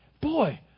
boy